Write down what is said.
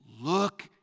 Look